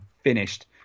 Finished